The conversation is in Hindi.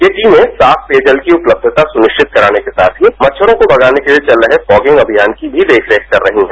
ये टीमें साफ पेय जल की उपलब्धता सुनिश्चित कराने के साथ ही मच्छरों को भगाने के लिए चल रहे फॉगिंग अभियान की भी देख रेख कर रही हैं